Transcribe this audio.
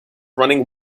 running